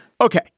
Okay